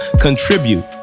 contribute